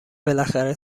بالاخره